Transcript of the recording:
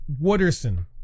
Wooderson